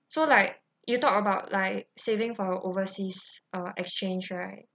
so like you talk about like saving for overseas uh exchange right